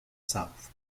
south